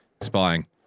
Spying